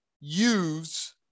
use